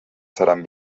seran